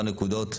נקודות,